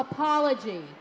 apology